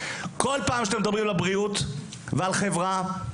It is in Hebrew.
בכל פעם שאתם מדברים על בריאות ועל חברה,